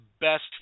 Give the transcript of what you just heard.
best